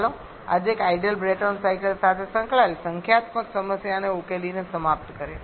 ચાલો આજે એક આઇડલ બ્રેટોન સાયકલ સાથે સંકળાયેલ સંખ્યાત્મક સમસ્યાને ઉકેલીને સમાપ્ત કરીએ